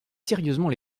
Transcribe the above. sérieusement